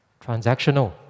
transactional